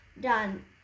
done